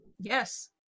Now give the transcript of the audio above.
Yes